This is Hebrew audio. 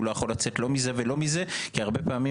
הוא לא יכול לצאת לא מזה ולא מזה כי הרבה פעמים